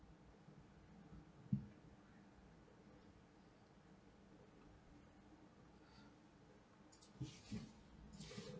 okay